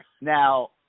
Now